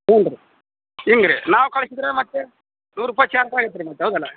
ಹ್ಞೂ ರೀ ಹಿಂಗ್ರಿ ನಾವು ಕಳಿಸದ್ರೆ ಮತ್ತೆ ನೂರು ರೂಪಾಯಿ ಚಾರ್ಜ್ ಆಗೇತಿ ರೀ ಮತ್ತೆ ಹೌದಲ್ಲಾ